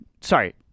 sorry